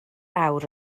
awr